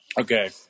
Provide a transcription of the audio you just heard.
Okay